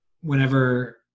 whenever